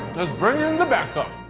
let's bring in the backup.